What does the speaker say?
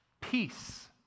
Peace